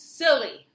silly